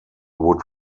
would